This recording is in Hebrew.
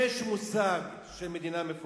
יש מושג של מדינה מפורזת.